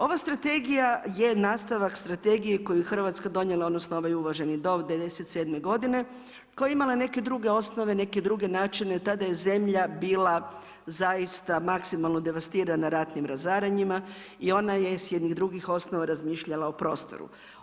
Ova strategija je nastavak strategije koju Hrvatska donijela, odnosno ovaj uvaženi Dom '97. godine, koja je imala druge osnove, neke druge načine, tada je zemlja bila zaista maksimalno devastirana ratnim razaranjima i ona je s jednim drugih osnova razmišljala o prostoru.